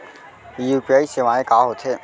UPI सेवाएं का होथे